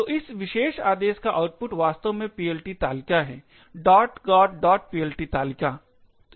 तो इस विशेष आदेश का आउटपुट वास्तव में PLT तालिका है gotplt तालिका